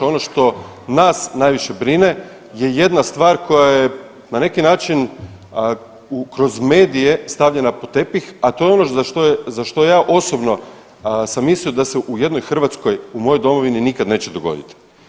Ono što nas najviše brine je jedna stvar koja je na neki način kroz medije stavljena pod tepih, a to je ono za što ja osobno sam mislio da se u jednoj Hrvatskoj u mojoj domovini nikad neće dogoditi.